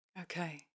Okay